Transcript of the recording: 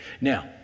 Now